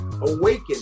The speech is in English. Awaken